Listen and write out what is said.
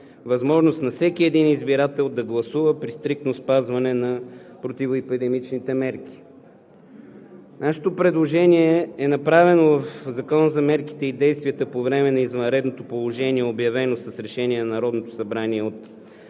възможност всеки един избирател да гласува при стриктно спазване на противоепидемичните мерки. Нашето предложение е направено в Закона за мерките и действията по време на извънредното положение, обявено с Решение на Народното събрание от